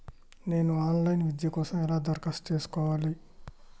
నేను online విద్య కోసం ఎలా దరఖాస్తు చేసుకోవాలి?